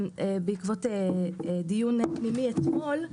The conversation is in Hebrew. בעקבות דיון פנימי שהתקיים אתמול,